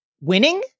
winning